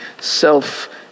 self